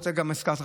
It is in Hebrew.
מה שגם אתה הזכרת,